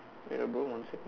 wait ah bro one second